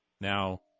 Now